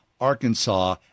Arkansas